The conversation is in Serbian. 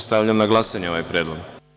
Stavljam na glasanje ovaj predlog.